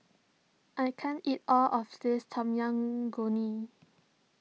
I can't eat all of this Tom Yam